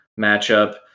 matchup